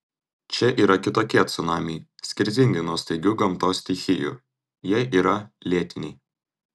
čia yra kitokie cunamiai skirtingi nuo staigių gamtos stichijų jie yra lėtiniai